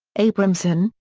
abramson,